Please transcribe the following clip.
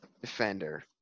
defender